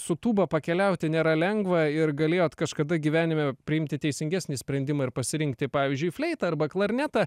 su tūba pakeliauti nėra lengva ir galėjot kažkada gyvenime priimti teisingesnį sprendimą ir pasirinkti pavyzdžiui fleitą arba klarnetą